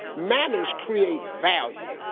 manners create value,